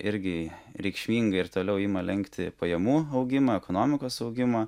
irgi reikšmingai ir toliau ima lenkti pajamų augimą ekonomikos augimą